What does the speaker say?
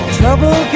trouble